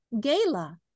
gala